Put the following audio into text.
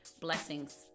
Blessings